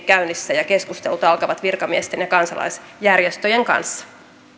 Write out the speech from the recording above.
käynnissä ja keskustelut alkavat virkamiesten ja kansalaisjärjestöjen kanssa